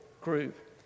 group